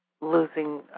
losing